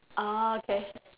orh okay